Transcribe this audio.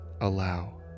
allow